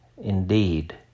Indeed